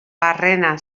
barrena